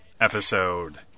episode